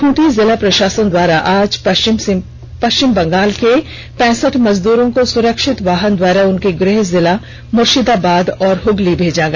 खूंटी जिला प्रषासन द्वारा आज पष्चिम बंगाल के पैंसठ मजदूरों को सुरक्षित वाहन द्वारा उनके गृह जिला मुर्षीदाबाद और हुगली भेजा गया